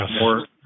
more